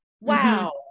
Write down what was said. Wow